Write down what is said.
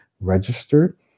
registered